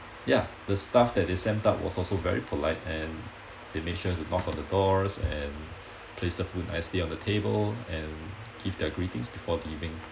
ya the staff that they sent up was also very polite and they make sure to knock on the doors and place the food nicely on the table and give their greetings before leaving